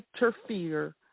interfere